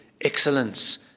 excellence